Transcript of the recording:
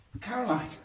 Caroline